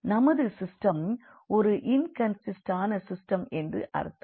நமது சிஸ்டம் ஒரு இன்கண்சிஸ்டன்டான சிஸ்டம் என்று அர்த்தம்